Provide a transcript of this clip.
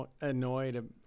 annoyed